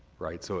right? so